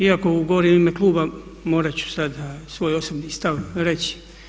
Iako govorim u ime kluba, morat ću sada svoj osobni stav reći.